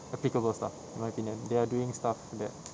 applicable stuff in my opinion they're doing stuff that